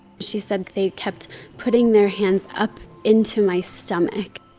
she said, they kept putting their hands up into my stomach.